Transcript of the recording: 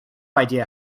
idea